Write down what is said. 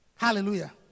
Hallelujah